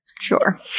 Sure